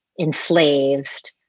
enslaved